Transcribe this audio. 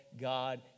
God